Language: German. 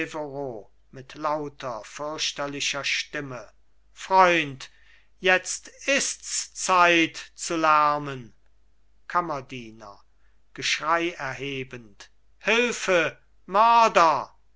mit lauter fürchterlicher stimme freund jetzt ists zeit zu lärmen kammerdiener geschrei erhebend hilfe mörder